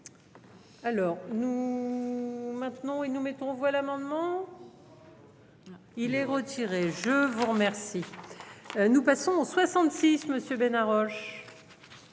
Alors nous maintenons et nous mettons voix l'amendement. Il est retiré. Je vous remercie. Nous passons 66 Monsieur Bénard Roche.